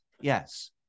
Yes